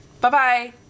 bye-bye